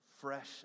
fresh